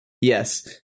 Yes